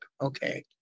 Okay